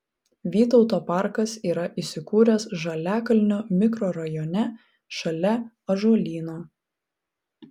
vytauto parkas yra įsikūręs žaliakalnio mikrorajone šalia ąžuolyno